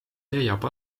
leiab